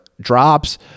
drops